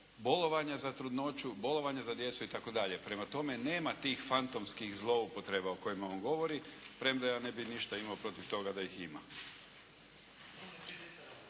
bolovanja za trudnoću, bolovanja za djecu, itd. Prema tome nema tih fantomskih zloupotreba o kojima on govori. Premda ja ne bi ništa imao protiv toga da ih ima.